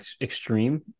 extreme